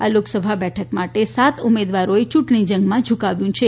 આ લોકસભા બેઠક માટે સાત ઉમેદવારોએ યૂંટણીજંગમાં ઝંપલાવ્યું છે